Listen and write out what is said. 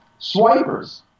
swipers